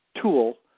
tool